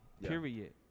Period